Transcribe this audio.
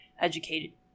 educated